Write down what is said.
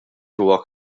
huwa